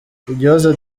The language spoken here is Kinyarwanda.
igihozo